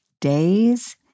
days